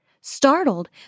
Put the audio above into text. Startled